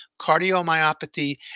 cardiomyopathy